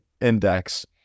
Index